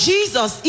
Jesus